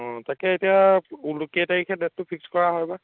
অঁ তাকে এতিয়া ওলো কেই তাৰিখে ডেটটো ফিক্স কৰা হয় বা